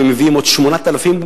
ומביאים עוד 8,000,